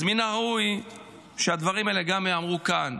אז מן הראוי שהדברים האלה גם ייאמרו כאן